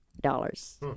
dollars